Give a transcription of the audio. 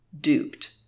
Duped